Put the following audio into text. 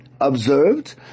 observed